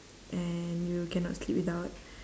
and you cannot sleep without